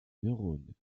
neurones